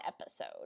episode